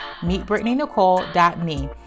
MeetBrittanyNicole.me